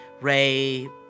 Ray